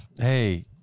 Hey